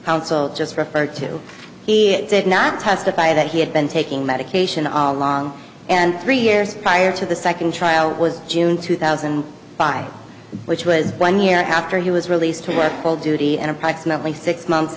counsel just referred to he did not testify that he had been taking medication all along and three years prior to the second trial was june two thousand and five which was one year after he was released to work all duty and approximately six months